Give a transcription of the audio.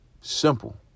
Simple